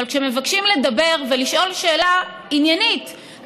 אבל כשמבקשים לדבר ולשאול שאלה עניינית,